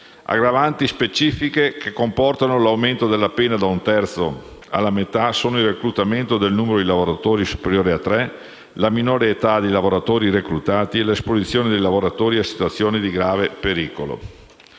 Aggravanti specifiche, che comportano l'aumento della pena da un terzo alla metà, sono il reclutamento del numero di lavoratori superiore a tre, la minore età dei lavoratori reclutati e l'esposizione dei lavoratori a situazioni di grave pericolo.